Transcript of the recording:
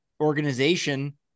organization